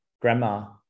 grandma